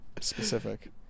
specific